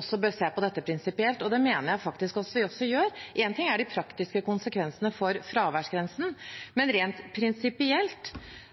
også bør se på dette prinsipielt, og det mener jeg faktisk at vi gjør. En ting er de praktiske konsekvensene for fraværsgrensen, men rent prinsipielt: